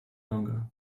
longer